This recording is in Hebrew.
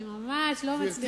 אני ממש לא מצליחה לגרום,